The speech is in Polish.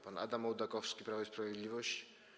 Pan Adam Ołdakowski, Prawo i Sprawiedliwość?